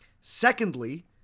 Secondly